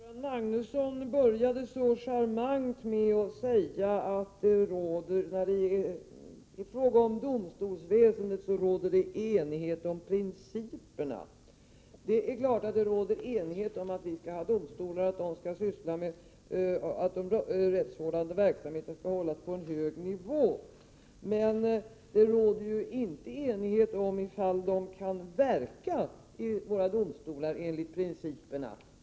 Herr talman! Göran Magnusson började så charmant med att säga att det beträffande domstolsväsendet råder enighet om principerna. Det är klart att det råder enighet om att vi skall ha domstolar och att den rättsvårdande verksamheten skall hållas på en hög nivå. Men det råder inte enighet om huruvida våra domstolar kan verka enligt principerna.